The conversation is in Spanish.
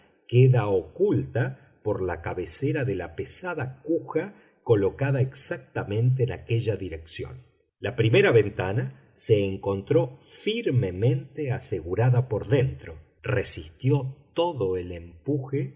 queda oculta por la cabecera de la pesada cuja colocada exactamente en aquella dirección la primera ventana se encontró firmemente asegurada por dentro resistió todo el empuje